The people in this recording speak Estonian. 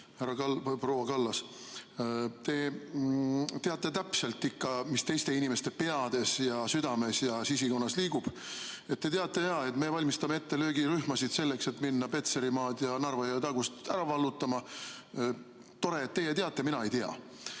Proua Kallas! Te teate täpselt, mis teiste inimeste peades, südames ja sisikonnas liigub. Te teate, et me valmistame ette löögirühmasid, et minna Petserimaad ja Narva jõe tagust vallutama. Tore, et teie teate. Mina ei tea.